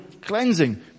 cleansing